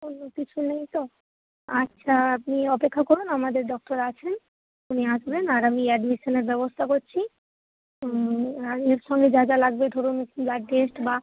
অন্য কিছু নেই তো আচ্ছা আপনি অপেক্ষা করুন আমাদের ডক্টর আছেন উনি আসবেন আর আমি অ্যাডমিশানের ব্যবস্থা করছি আর এর সঙ্গে যা যা লাগবে ধরুন ব্লাড টেস্ট বা